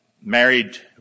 married